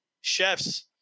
chefs